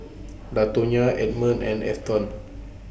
Latonya Edmond and Afton